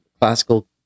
classical